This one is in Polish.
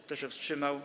Kto się wstrzymał?